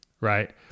right